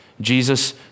Jesus